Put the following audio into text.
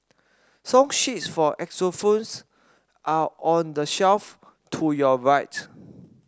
song sheets for xylophones are on the shelf to your right